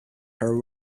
her